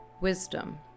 wisdom